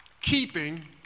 keeping